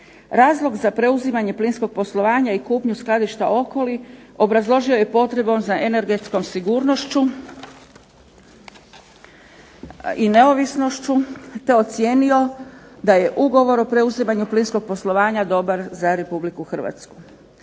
Razlog za preuzimanje plinskog poslovanja i kupnju skladišta Okoli obrazložio je potrebom za energetskom sigurnošću i neovisnošću te ocijenio da je ugovor o preuzimanju plinskog poslovanja dobar za Republiku Hrvatsku.